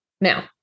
now